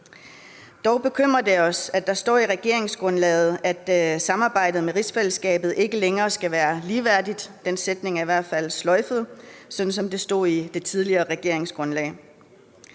Dog bekymrer det os, at der står i regeringsgrundlaget, at samarbejdet med rigsfællesskabet ikke længere skal være ligeværdigt – den sætning er i hvert fald sløjfet – sådan som det stod i det tidligere regeringsgrundlag.